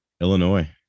Illinois